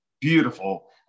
beautiful